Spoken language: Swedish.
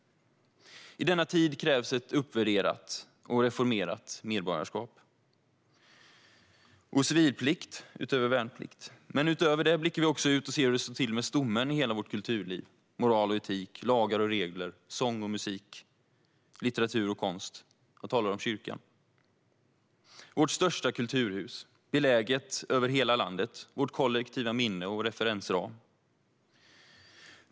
I denna tid krävs ett uppvärderat och reformerat medborgarskap och civilplikt utöver värnplikt. Utöver det blickar vi också ut och ser hur det står till med stommen i hela vårt kulturliv: moral och etik, lagar och regler, sång och musik, litteratur och konst. Jag talar om kyrkan, som är vårt största kulturhus och som finns över hela landet. Kyrkan är vårt kollektiva minne och vår kollektiva referensram.